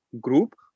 group